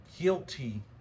guilty